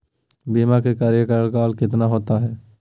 बीमा के कार्यकाल कितना होते?